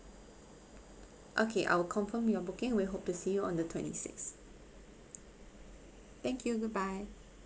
okay I will confirm your booking we hope to see you on the twenty six thank you goodbye